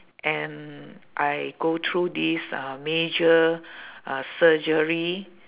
and I go through this uh major uh surgery